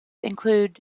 include